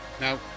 Now